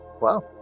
Wow